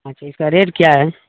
اچھا اس کا ریٹ کیا ہے